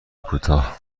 کوتاه